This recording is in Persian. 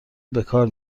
بکار